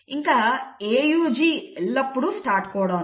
ఇంకా AUG ఎల్లప్పుడూ start codon